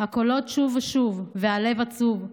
// הקולות שוב ושוב, / והלב העצוב,